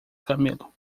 camelo